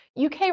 UK